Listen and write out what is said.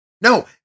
no